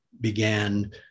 began